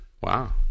Wow